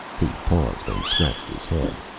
he paused and scratched his head.